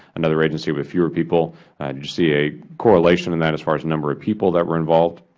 another agency with fewer people, did you see a correlation in that as far as the number of people that were involved?